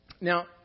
Now